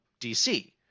DC